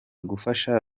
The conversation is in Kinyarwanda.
gufasha